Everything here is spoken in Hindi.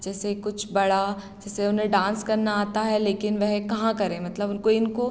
जैसे कुछ बड़ा जैसे उन्हें डांस करना आता है लेकिन वह कहाँ करें मतलब उनका कोई इनको